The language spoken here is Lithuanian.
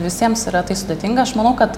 visiems yra tai sudėtinga aš manau kad